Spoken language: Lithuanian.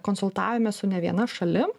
konsultavomės su ne viena šalim